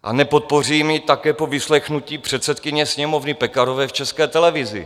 A nepodpořím ji také po vyslechnutí předsedkyně Sněmovny Pekarové v České televizi.